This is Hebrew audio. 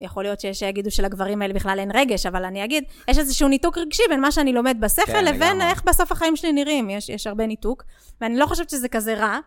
יכול להיות שיש יגידו של הגברים האלה בכלל אין רגש, אבל אני אגיד, יש איזשהו ניתוק רגשי בין מה שאני לומד בספר לבין איך בסוף החיים שלי נראים. יש הרבה ניתוק. ואני לא חושבת שזה כזה רע.